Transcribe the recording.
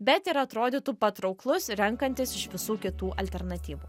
bet ir atrodytų patrauklus renkantis iš visų kitų alternatyvų